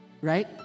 Right